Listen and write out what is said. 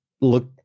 look